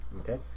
Okay